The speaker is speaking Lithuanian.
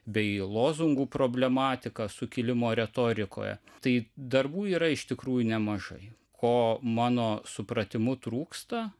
bei lozungų problematika sukilimo retorikoje tai darbų yra iš tikrųjų nemažai ko mano supratimu trūksta